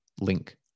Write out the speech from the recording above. link